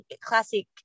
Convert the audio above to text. classic